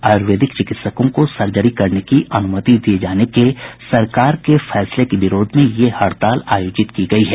आयुर्वेदिक चिकित्सकों को सर्जरी करने की अनुमति दिये जाने के सरकार के फैसले के विरोध में ये हड़ताल आयोजित की गयी है